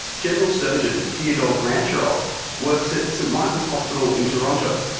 general surgeon teodor grantcharov works at st michael's hospital in toronto.